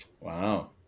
Wow